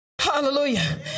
hallelujah